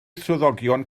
swyddogion